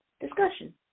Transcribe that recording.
discussion